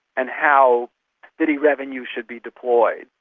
and how city revenue should be deployed.